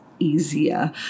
easier